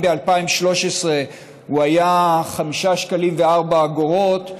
אם ב-2013 הוא היה 5 שקלים ו-4 אגורות,